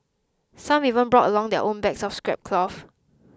some even brought along their own bags of scrap cloth